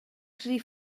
rhif